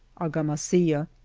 argamasilla.